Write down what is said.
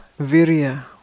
virya